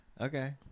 Okay